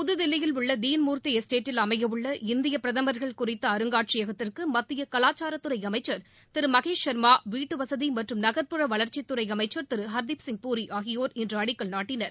புதுதில்லியில் உள்ள தீன்மூர்த்தி எஸ்டேட்டில் அமையவுள்ள இந்திய பிரதமர்கள் குறித்த அருங்காட்சியகத்திற்கு மத்திய கலாச்சாரத்துறை அமைச்சர் திரு மகேஷ் சர்மா வீட்டுவசதி மற்றும் நகர்புற வளர்ச்சித்துறை அமைச்சர் திரு ஹர்தீப் சிங் பூரி ஆகியோர் இன்று அடிக்கல் நாட்டினர்